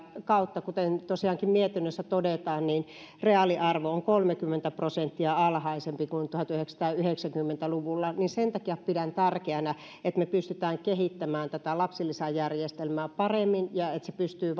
kautta kuten mietinnössä tosiaankin todetaan niin reaaliarvo on kolmekymmentä prosenttia alhaisempi kuin tuhatyhdeksänsataayhdeksänkymmentä luvulla sen takia pidän tärkeänä että pystytään kehittämään tätä lapsilisäjärjestelmää paremmin niin että se pystyy